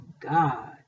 God